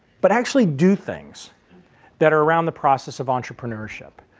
but actually do things that are around the process of entrepreneurship.